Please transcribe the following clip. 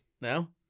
now